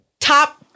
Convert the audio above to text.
Top